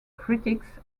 critics